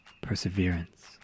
perseverance